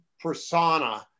persona